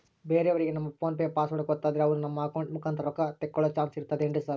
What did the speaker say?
ಬೇರೆಯವರಿಗೆ ನಮ್ಮ PhonePe password ಗೊತ್ತಾದ್ರೆ ಅವರು ನಮ್ಮ ಅಕೌಂಟ್ ಮುಖಾಂತರ ರೊಕ್ಕ ತಕ್ಕೊಳ್ಳೋ ಚಾನ್ಸ್ ಇರ್ತದೆನ್ರಿ ಸರ್?